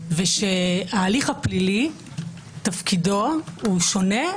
ושההליך הפלילי תפקידו הוא שונה,